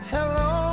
Hello